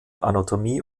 anatomie